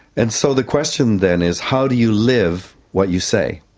and so the question then is how do you live what you say?